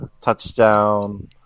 touchdown